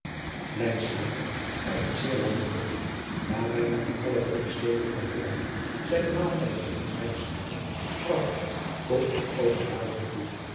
ij hebt zeer wel gehoord a bijna in alle groote steden van olland zijn de maaltijden van de krijgsraden prachtig tot het overdadige toe